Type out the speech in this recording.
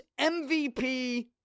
MVP